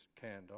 candle